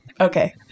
Okay